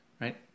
right